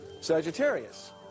Sagittarius